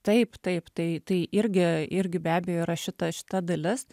taip taip tai tai irgi irgi be abejo yra šita šita dalis